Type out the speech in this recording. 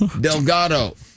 Delgado